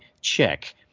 check